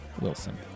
Wilson